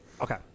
Okay